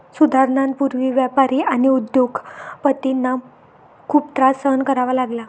सुधारणांपूर्वी व्यापारी आणि उद्योग पतींना खूप त्रास सहन करावा लागला